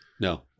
No